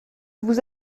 vous